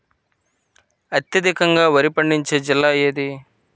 అత్యధికంగా వరి పండించే జిల్లా ఏది?